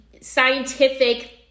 scientific